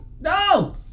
no